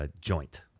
joint